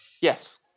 Yes